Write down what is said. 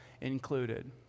included